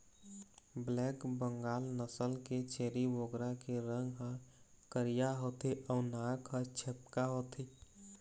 black Bengal नसल के छेरी बोकरा के रंग ह करिया होथे अउ नाक ह छेपका होथे